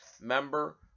member